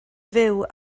fyw